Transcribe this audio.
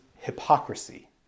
hypocrisy